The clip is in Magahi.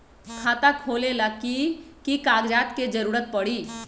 खाता खोले ला कि कि कागजात के जरूरत परी?